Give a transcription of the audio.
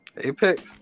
Apex